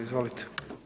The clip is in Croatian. Izvolite.